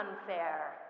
unfair